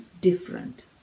different